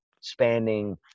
spanning